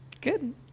Good